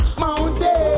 mountain